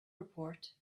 report